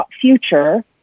future